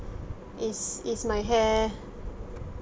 is is my hair